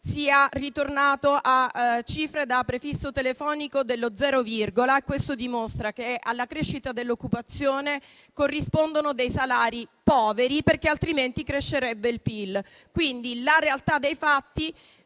sia ritornato a cifre da prefisso telefonico dello zero virgola e questo dimostra che alla crescita dell'occupazione corrispondono salari poveri, altrimenti il PIL crescerebbe. Quindi la realtà dei fatti